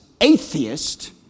atheist